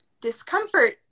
discomfort